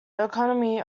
economy